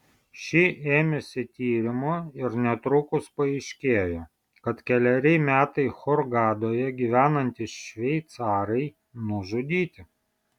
ši ėmėsi tyrimo ir netrukus paaiškėjo kad keleri metai hurgadoje gyvenantys šveicarai nužudyti